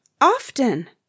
often